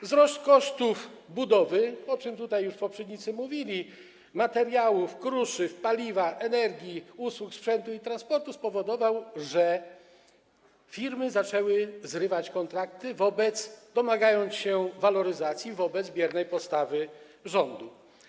Wzrost kosztów budowy, o czym tutaj już poprzednicy mówili, kosztów materiałów, kruszyw, paliwa, energii, usług, sprzętu i transportu, spowodował, że firmy zaczęły zrywać kontrakty, domagając się waloryzacji wobec biernej postawy rządu.